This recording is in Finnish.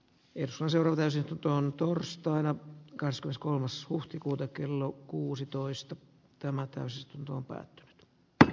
jos hän seuraa täysistuntoon torstaina gasgas kolmas huhtikuuta kello kuusitoista tämän tyyppisiä elementtejä nyt käytettävissä